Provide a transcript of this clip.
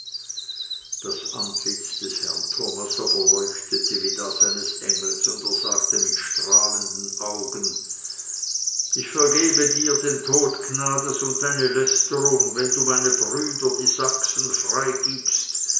das antlitz des herrn thomas aber leuchtete wie das eines engels und er sagte mit strahlenden augen ich vergebe dir den tod gnades und deine lästerung wenn du meine brüder die sachsen freigibst